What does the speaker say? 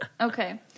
Okay